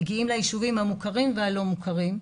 מגיעים ליישובים המוכרים והלא מוכרים,